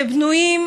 שבנויים,